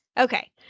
Okay